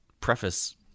preface